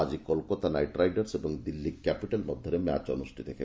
ଆଜି Kolkata knight riders ଓ Delhi capitals ମଧ୍ୟରେ ମ୍ୟାଚ୍ ଅନୁଷ୍ଠିତ ହେବ